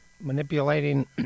manipulating